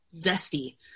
zesty